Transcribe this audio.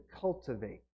cultivate